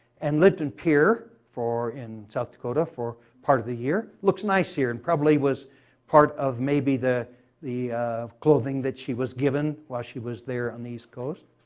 and lived in pierre in south dakota for part of the year. looks nice here, and probably was part of maybe the the clothing that she was given while she was there on the east coast.